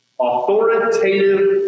authoritative